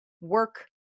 work